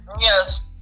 Yes